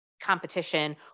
competition